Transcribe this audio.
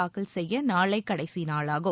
தாக்கல் செய்ய நாளை கடைசி நாளாகும்